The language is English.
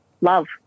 love